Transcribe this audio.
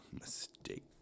mistake